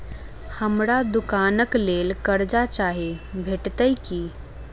हमरा दुकानक लेल कर्जा चाहि भेटइत की?